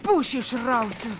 pušį išrausiu